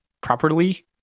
Properly